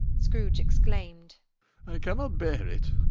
scrooge exclaimed, i cannot bear it!